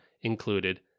included